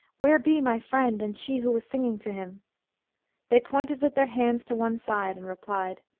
where be my friend and she who was singing to him they pointed with their hands to one side and replied,